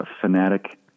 fanatic